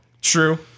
True